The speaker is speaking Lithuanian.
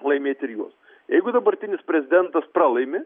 laimėt ir juos jeigu dabartinis prezidentas pralaimi